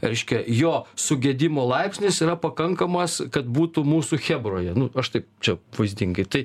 reiškia jo sugedimo laipsnis yra pakankamas kad būtų mūsų chebroje nu aš taip čia vaizdingai tai